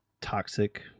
toxic